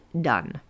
done